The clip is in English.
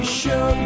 show